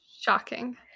shocking